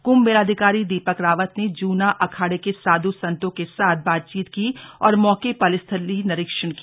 कृंभ मेलाधिकारी दीपक रावत ने जूना अखाड़े के साध्व संतों के साथ बातचीत की और मौके पर स्थलीय निरीक्षण भी किया